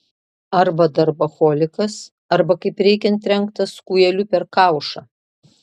arba darboholikas arba kaip reikiant trenktas kūjeliu per kaušą